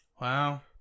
Wow